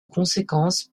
conséquence